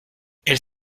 elle